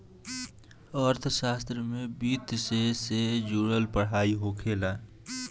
अर्थशास्त्र में वित्तसे से जुड़ल पढ़ाई होखेला